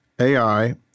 AI